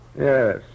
Yes